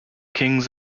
kings